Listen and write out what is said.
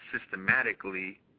systematically